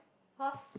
cause